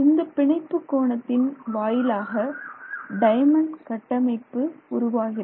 இந்தப் பிணைப்பு கோணத்தின் வாயிலாக டைமண்ட் கட்டமைப்பு உருவாகிறது